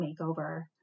makeover